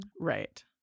Right